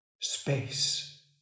space